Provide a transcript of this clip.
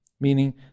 meaning